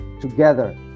together